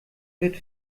wird